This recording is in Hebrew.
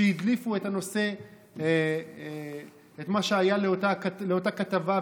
כשהדליפו את מה שהיה באותה כתבה,